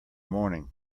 morning